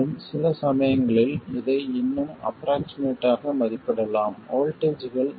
மேலும் சில சமயங்களில் இதை இன்னும் ஆஃப்ரோக்ஷிமேட் ஆக மதிப்பிடலாம் வோல்ட்டேஜ்கள் 0